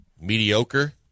mediocre